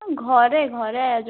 ଘରେ ଘରେ ଆୟୋଜନ